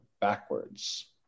backwards